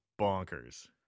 bonkers